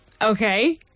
Okay